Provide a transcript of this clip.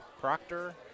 Proctor